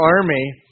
army